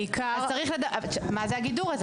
אז מה זה הגידור הזה.